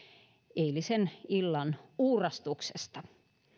eilisen illan uurastuksesta